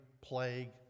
plague